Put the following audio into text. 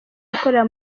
gukorera